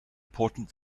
important